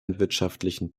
landwirtschaftlichen